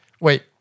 Wait